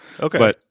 Okay